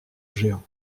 géant